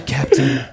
captain